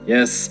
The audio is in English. Yes